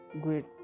great